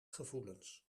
gevoelens